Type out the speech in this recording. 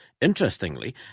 Interestingly